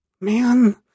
Man